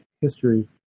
history